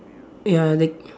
ya the